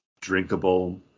drinkable